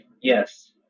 Yes